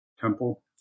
temple